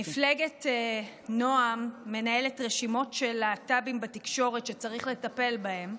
מפלגת נעם מנהלת רשימות של להט"בים בתקשורת שצריך לטפל בהם,